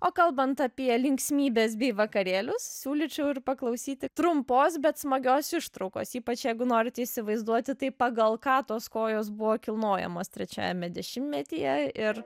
o kalbant apie linksmybes bei vakarėlius siūlyčiau ir paklausyti trumpos bet smagios ištraukos ypač jeigu norite įsivaizduoti tai pagal ką tos kojos buvo kilnojamos trečiajame dešimtmetyje ir